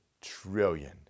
trillion